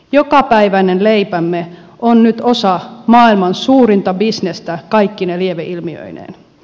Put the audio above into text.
jokapäiväinen leipämme on nyt osa maailman suurinta bisnestä kaikkine lieveilmiöineen